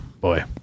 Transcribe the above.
boy